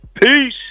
Peace